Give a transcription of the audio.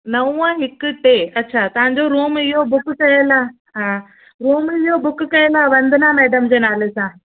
नव हिकु टे अच्छा तव्हांजो रूम इहो बुक कयल आहे हा रूम इहो बुक कयल वंदना मैडम जे नाले सां